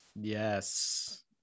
yes